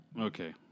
Okay